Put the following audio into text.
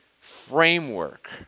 framework